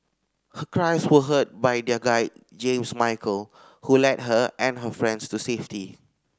her cries were heard by their guide James Michael who led her and her friends to safety